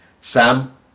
Sam